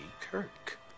Kirk